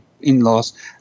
in-laws